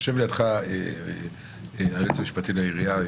--- יושב לידך היועץ המשפטי לעירייה,